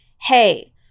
hey